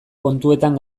kontuetan